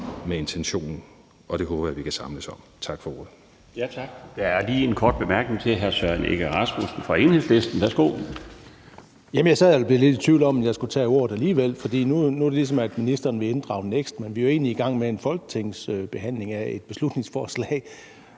med intentionen, og det håber jeg vi kan samles om. Tak for ordet. Kl. 14:17 Den fg. formand (Bjarne Laustsen): Tak. Der er lige en kort bemærkning til hr. Søren Egge Rasmussen fra Enhedslisten. Værsgo. Kl. 14:17 Søren Egge Rasmussen (EL): Jeg sad og blev lidt i tvivl om, om jeg skulle tage ordet alligevel, for nu virker det, som om ministeren vil inddrage NEKST, og vi er jo egentlig i gang med en folketingsbehandling af et beslutningsforslag.